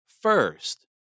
first